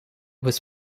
was